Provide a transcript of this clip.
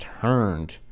turned –